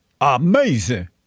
Amazing